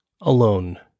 alone